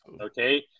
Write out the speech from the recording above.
okay